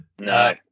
No